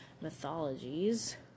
mythologies